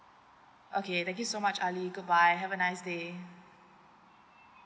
okay thank you so much ali goodbye have a nice day bye